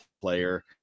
player